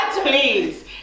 please